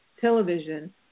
television